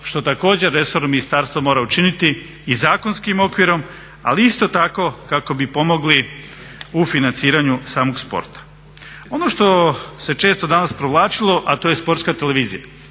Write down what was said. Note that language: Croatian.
što također resorno ministarstvo mora učiniti i zakonskim okvirom, ali isto tako kako bi pomogli u financiranju samog sporta. Ono što se često danas provlačilo, a to je sportska televizija.